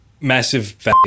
massive